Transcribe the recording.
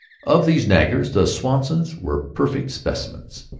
of these naggers the swansons were perfect specimens.